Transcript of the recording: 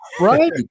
right